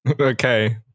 Okay